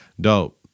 Dope